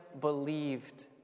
believed